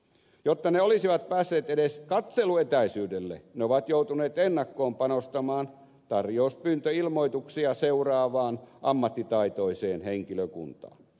jotta ne olisivat päässeet edes katseluetäisyydelle ne ovat joutuneet ennakkoon panostamaan tarjouspyyntöilmoituksia seuraavaan ammattitaitoiseen henkilökuntaan